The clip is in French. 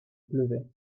pleuvait